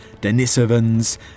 Denisovans